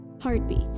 Heartbeat